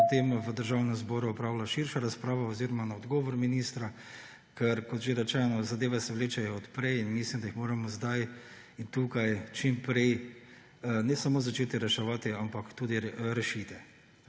to temo v Državnem zboru opravila širša razprava oziroma razprava na odgovor ministra, ker kot že rečeno, zadeve se vlečejo od prej in mislim, da jih moramo sedaj in tukaj čim prej ne samo začeti reševati, ampak tudi rešiti.